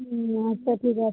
হুম আচ্ছা ঠিক আছে